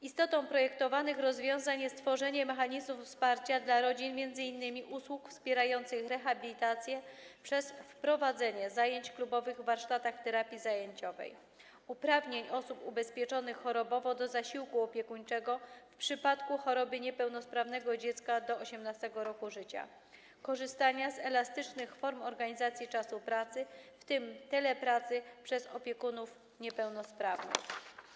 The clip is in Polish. Istotą projektowanych rozwiązań jest tworzenie mechanizmów wsparcia dla rodzin w formie m.in. usług wspierających rehabilitację przez wprowadzenie zajęć klubowych w warsztatach terapii zajęciowej, uprawnień dla osób ubezpieczonych chorobowo do zasiłku opiekuńczego w przypadku choroby niepełnosprawnego dziecka do 18. roku życia, możliwości korzystania z elastycznych form organizacji czasu pracy, w tym telepracy, przez opiekunów niepełnosprawnych.